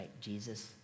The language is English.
Jesus